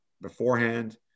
beforehand